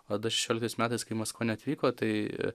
o du šešioliktais metais kai maskva neatvyko tai